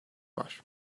var